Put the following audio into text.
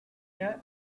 yet